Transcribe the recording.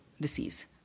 disease